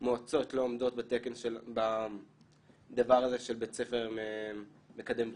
והמועצות לא עומדות בדבר הזה של בית ספר מקדם בריאות.